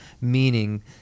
meaning